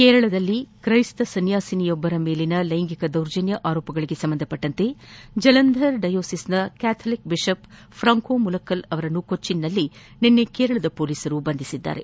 ಕೇರಳದಲ್ಲಿ ತ್ರೈಸ್ತ ಸನ್ಮಾಸಿನಿಯೊಬ್ಬರ ಮೇಲಿನ ಲೈಂಗಿಕ ದೌರ್ಜನ್ಯ ಆರೋಪಗಳಿಗೆ ಸಂಬಂಧಿಸಿದಂತೆ ಜಲಂಧರ್ ಡಯೋಸಿಸ್ನ ಕೆಥೊಲಿಕ್ ಬಿಷಪ್ ಪ್ರಾಂಕೊ ಮುಲಕ್ಷಲ್ ಅವರನ್ನು ಕೊಚ್ಚಿಯಲ್ಲಿ ನಿನ್ನೆ ಕೇರಳ ಪೊಲೀಸರು ಬಂಧಿಸಿದ್ದಾರೆ